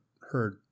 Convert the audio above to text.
heard